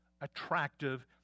attractive